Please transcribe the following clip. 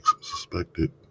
suspected